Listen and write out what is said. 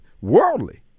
worldly